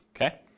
okay